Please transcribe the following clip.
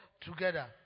together